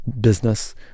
business